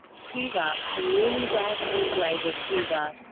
cuba comunidad hebrea de cuba